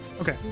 Okay